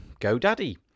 GoDaddy